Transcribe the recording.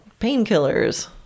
painkillers